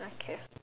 I care